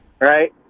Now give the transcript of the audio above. Right